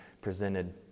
presented